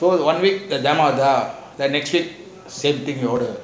so one week the demo is up then next week same thing you order